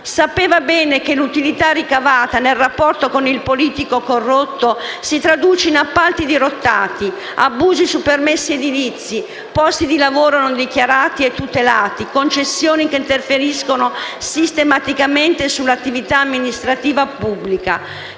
Sapeva bene che l'utilità ricavata nel rapporto con il politico corrotto si traduce in appalti dirottati, abusi sui permessi edilizi, posti di lavoro non dichiarati e tutelati, concessioni che interferiscono sistematicamente sull'attività amministrativa pubblica,